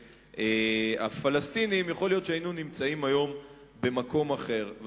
אני הייתי רוצה לסיים במשפט האחרון,